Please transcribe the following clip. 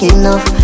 enough